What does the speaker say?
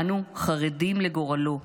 אנו חרדים לגורלו.